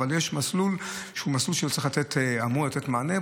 אבל יש מסלול שאמור לתת מענה,